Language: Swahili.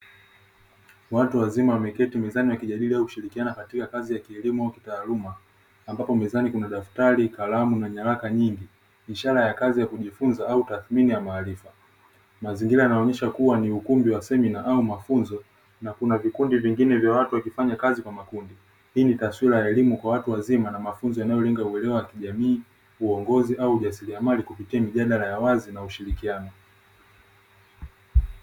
Watu wazima wameketi mezani wakijadili au kushirikiana katika kazi ya kilimo kitaaluma, ambapo mezani kuna: daftari, kalamu, na nyaraka nyingi; ishara ya kazi ya kujifunza au tathmini ya maarifa. Mazingira yanaonyesha kuwa ni ukumbi wa semina au mafunzo na kuna vikundi vingine vya watu wakifanya kazi kwa makundi. Hii ni taswira ya elimu ya watu wazima na mafunzo yanayolenga uelewa wa kijamii, uongozi au ujasiriamali kupitia mijadala ya wazi na ushirikiano.